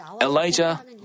Elijah